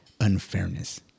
unfairness